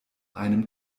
einem